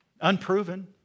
Unproven